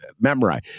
memorize